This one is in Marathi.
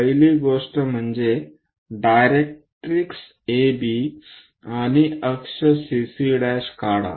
पहिली गोष्ट म्हणजे डायरेक्ट्रिक्स ABआणि अक्ष CC' काढा